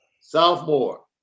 sophomore